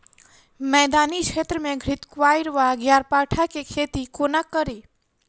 मैदानी क्षेत्र मे घृतक्वाइर वा ग्यारपाठा केँ खेती कोना कड़ी?